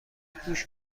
گوش